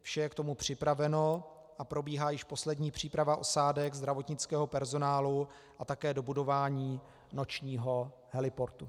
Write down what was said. Vše je k tomu připraveno a probíhá již poslední příprava osádek, zdravotnického personálu a také dobudování nočního heliportu.